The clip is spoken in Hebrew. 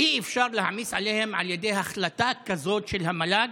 אי-אפשר להעמיס עליהם על ידי החלטה כזאת של המל"ג.